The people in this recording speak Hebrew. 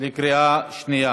בקריאה שנייה.